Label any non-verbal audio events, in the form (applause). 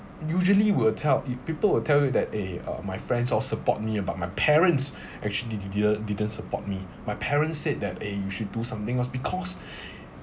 usually will tell it people will tell you that eh uh my friends all support me but my parents actually didn't didn't support me my parents said that eh you should do something was because (breath)